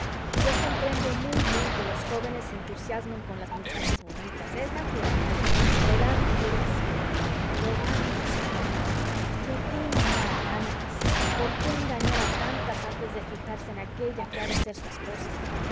yo comprendo muy bien que los jóvenes se entusiasmen con las muchachas bonitas es natural la edad lo quiere así pero vamos hijo mío por qué engañar a tantas por qué engañar a tantas antes de fijarse en aquella que ha de ser su esposa